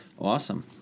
awesome